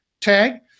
tag